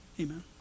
amen